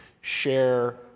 share